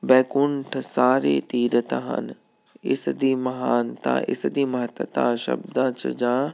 ਬੈਕੁੰਠ ਸਾਰੇ ਤੀਰਥ ਹਨ ਇਸਦੀ ਮਹਾਨਤਾ ਇਸ ਦੀ ਮਹੱਤਤਾ ਸ਼ਬਦਾਂ 'ਚ ਜਾਂ